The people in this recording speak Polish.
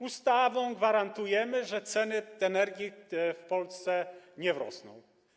Ustawą gwarantujemy, że ceny energii w Polsce nie wzrosną.